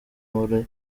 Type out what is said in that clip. muri